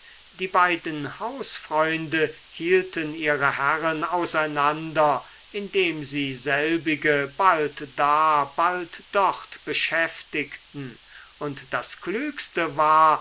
die beiden hausfreunde hielten ihre herren auseinander indem sie selbige bald da bald dort beschäftigten und das klügste war